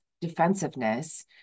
defensiveness